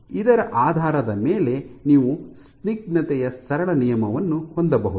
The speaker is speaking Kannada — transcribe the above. ಇದರ ಆಧಾರದ ಮೇಲೆ ನೀವು ಸ್ನಿಗ್ಧತೆಯ ಸರಳ ನಿಯಮವನ್ನು ಹೊಂದಬಹುದು